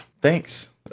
thanks